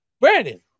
Brandon